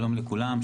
שלום לכולם.